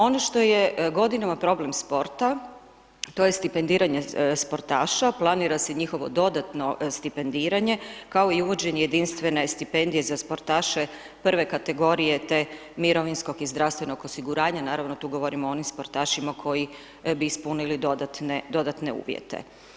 Ono što je godinama problem sporta, to je stipendiranja sportaša, planira se njihovo dodatno stipendiranje, ako i uvođenje jedinstvene stipendije za sportaše prve kategorije te mirovinskog i zdravstvenog osiguranja, naravno tu govorimo o onim sportašima, koji bi ispunili dodatne uvijete.